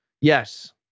Yes